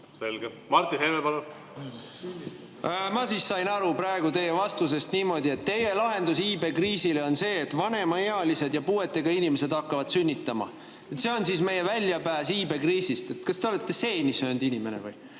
Selge. Martin Helme, palun! Ma sain aru teie vastusest niimoodi, et teie lahendus iibekriisile on see, et vanemaealised ja puuetega inimesed hakkavad sünnitama. See on meie väljapääs iibekriisist! Kas te olete seeni söönud, inimene?